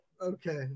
Okay